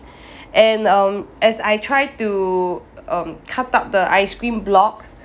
and um as I try to um cut up the ice cream blocks